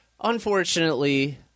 unfortunately